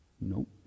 Nope